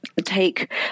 take